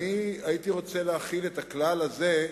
אני הייתי רוצה להחיל את הכלל הזה,